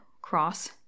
cross